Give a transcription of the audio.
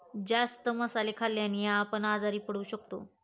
जास्त मसाले खाल्ल्याने आपण आजारी पण पडू शकतो